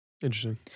Interesting